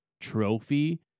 trophy